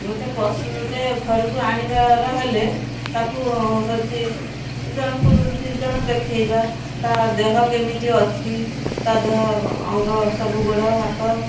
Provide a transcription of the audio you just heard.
ଗୋଟେ ପଶୁଟେ ଘରକୁ ଆଣିବାର ହେଲେ ତାକୁ ହଉଛି ଜଣକୁ ଦୁଇଜଣ ଦେଖେଇବା ତା ଦେହ କେମିତି ଅଛି ତା ଦେହ ଅଙ୍ଗ ସବୁ ଗୋଡ଼ ହାତ